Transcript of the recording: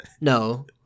No